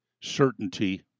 certainty